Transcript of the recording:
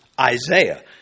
Isaiah